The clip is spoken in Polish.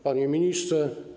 Panie Ministrze!